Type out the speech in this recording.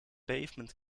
pavement